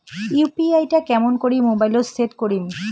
UPI টা কেমন করি মোবাইলত সেট করিম?